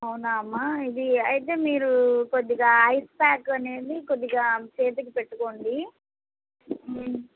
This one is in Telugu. అవునా అమ్మా ఇది అయితే మీరు కొద్దిగా ఐస్ ప్యాక్ అనేది కొద్దిగా చేయించి పెట్టుకోండి